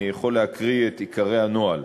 אני יכול להקריא את עיקרי הנוהל: